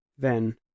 Then